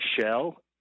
Shell